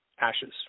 ashes